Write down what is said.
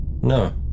No